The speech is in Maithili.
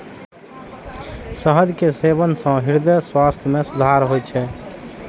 शहद के सेवन सं हृदय स्वास्थ्य मे सुधार होइ छै